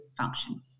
function